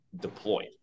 deployed